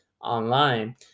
online